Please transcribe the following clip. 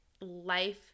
life